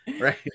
Right